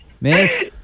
miss